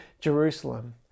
Jerusalem